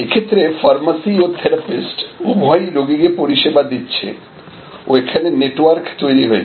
এক্ষেত্রে ফার্মাসি ও থেরাপিস্ট উভয়ই রোগীকে পরিসেবা দিচ্ছে ও এখানে নেটওয়ার্ক তৈরি হয়েছে